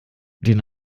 den